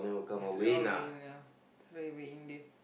yesterday all rain ya yesterday a bit windy